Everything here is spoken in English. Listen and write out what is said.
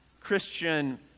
Christian